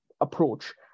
approach